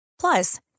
Plus